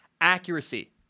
accuracy